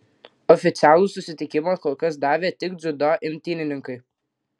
oficialų sutikimą kol kas davė tik dziudo imtynininkai